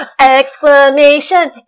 Exclamation